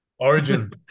Origin